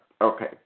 Okay